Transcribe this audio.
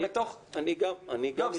אני גם לא.